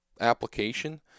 application